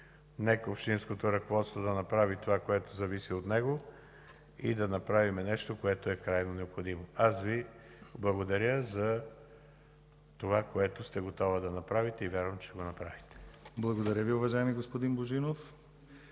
Нека общинското ръководство да направи това, което зависи от него, и да направим нещо, което е крайно необходимо. Аз Ви благодаря за това, което сте готова да направите, и вярвам, че ще го направите. ПРЕДСЕДАТЕЛ ДИМИТЪР ГЛАВЧЕВ: Благодаря Ви, уважаеми господин Божинов.